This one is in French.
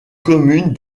commune